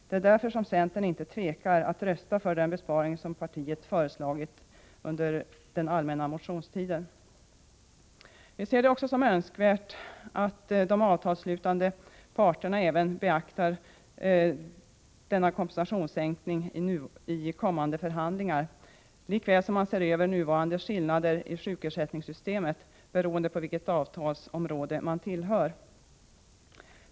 Det är därför som centern inte tvekar att rösta för den besparing som partiet föreslagit under den allmänna motionstiden. Vi ser det också som önskvärt att de avtalsslutande parterna även beaktar denna kompensationssänkning i kommande förhandlingar, lika väl som man ser över nuvarande skillnader i sjukersättningssystemet beroende på vilket avtalsområde det gäller.